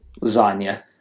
Lasagna